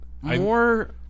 More